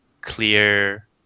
clear